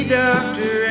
doctor